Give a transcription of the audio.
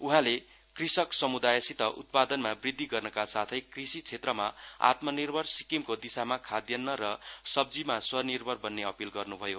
उहाँले कृषक समुदायसित उत्पादनमा वृद्धि गर्नका साथै कृषि क्षेत्रमा आत्मनिर्भर सिक्किमको दिशामा खाद्यान्न र सब्जीमा स्वनिर्भर बन्ने अपील गर्नुभयो